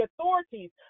authorities